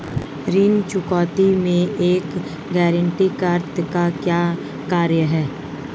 ऋण चुकौती में एक गारंटीकर्ता का क्या कार्य है?